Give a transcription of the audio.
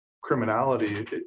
criminality